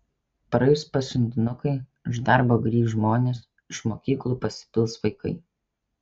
praeis pasiuntinukai iš darbo grįš žmonės iš mokyklų pasipils vaikai